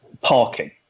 parking